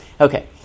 Okay